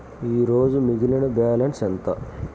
ఈరోజు మిగిలిన బ్యాలెన్స్ ఎంత?